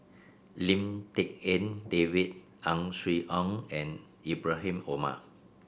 Lim Tik En David Ang Swee Aun and Ibrahim Omar